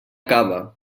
cava